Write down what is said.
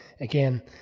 again